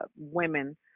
women